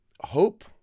Hope